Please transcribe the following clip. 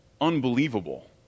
unbelievable